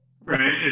Right